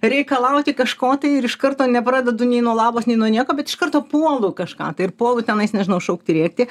reikalauti kažko tai ir iš karto nepradedu nei nuo labas nei nuo nieko bet iš karto puolu kažką tai ir puolu tenais nežinau šaukti rėkti